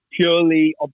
purely